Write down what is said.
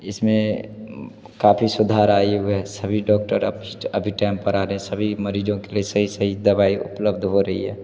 इसमें काफ़ी सुधार आई हुई है सभी डॉक्टर अब अभी टाइम पर आ रहे हैं सभी मरीज़ों के लिए सही सही दवाई उपलब्ध हो रही है